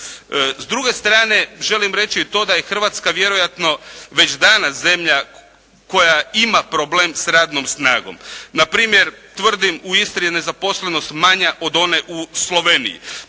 S druge strane, želim reći i to da je Hrvatska vjerojatno već danas zemlja koja ima problem s radnom snagom. Na primjer, tvrdim u Istri je nezaposlenost manja od one u Sloveniji.